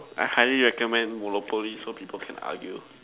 I highly recommend Monopoly so people can argue